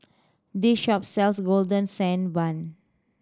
this shop sells Golden Sand Bun